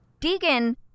Deegan